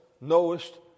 knowest